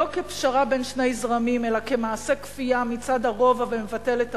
לא כפשרה בין שני זרמים אלא כמעשה כפייה מצד הרוב המבטל את המיעוט,